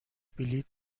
بلیط